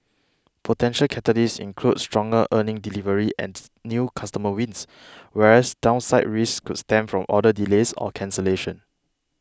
potential catalysts include stronger earnings delivery and new customer wins whereas downside risks could stem from order delays or cancellations